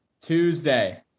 Tuesday